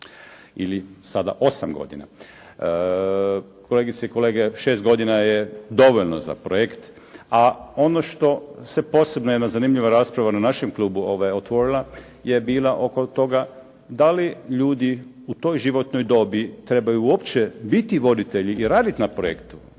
ili sada 8 godina. Kolegice i kolege, 6 godina je dovoljno za projekt, a ono što se posebno jedna zanimljiva rasprava na našem klubu otvorila je bila oko toga da li ljudi u toj životnoj dobi trebaju uopće biti voditelji i raditi na projektu.